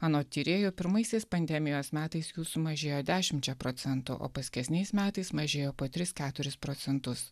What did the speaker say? anot tyrėjų pirmaisiais pandemijos metais jų sumažėjo dešimčia procentų o paskesniais metais mažėjo po tris keturis procentus